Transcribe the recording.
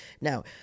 now